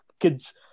kids